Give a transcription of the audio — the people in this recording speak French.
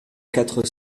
quatre